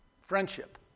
Friendship